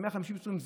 150 שוטרים,